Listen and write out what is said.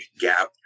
gap